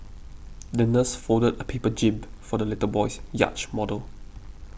the nurse folded a paper jib for the little boy's yacht model